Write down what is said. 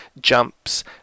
jumps